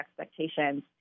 expectations